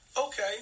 Okay